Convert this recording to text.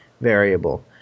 variable